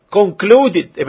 concluded